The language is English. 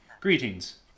Greetings